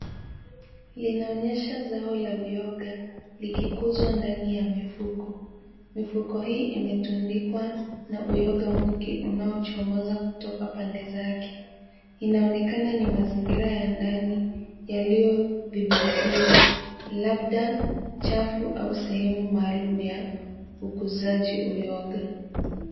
Linaonyesha zao la kuoga likikuzwa ndani ya mifuko mifuko hii imetundikwa na uyoga mwingi unachomoza kutoka pande zake. Inaonekana ni mazingira ya ndani yaliodhobithiwa labda chafu au sehemu maalum ya ukuaji uyoga.